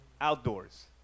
outdoors